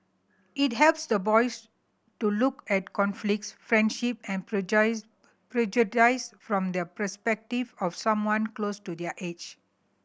it helps the boys to look at conflicts friendship and prejudice from the perspective of someone close to their age